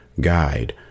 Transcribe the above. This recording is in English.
guide